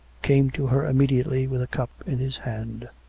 came to her immediately with a cup in his hand.